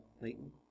Leighton